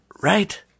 Right